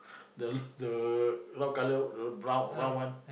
the the lock colour the brown brown one